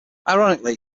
ironically